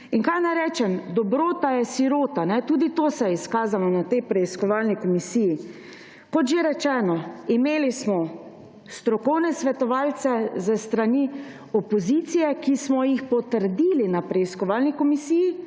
In kaj naj rečem, dobrota je sirota. Tudi to se je izkazalo na tej preiskovalni komisiji. Kot že rečeno, imeli smo strokovne svetovalce s strani opozicije, ki smo jih potrdili na preiskovalni komisiji